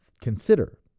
consider